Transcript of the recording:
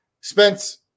Spence